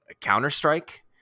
Counter-Strike